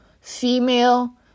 female